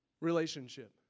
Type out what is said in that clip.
relationship